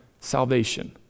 salvation